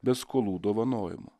bet skolų dovanojimu